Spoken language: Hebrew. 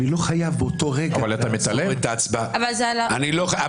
אבל היו כאן הצבעות כשלא היינו --- סליחה,